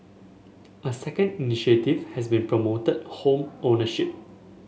a second initiative has been promoted home ownership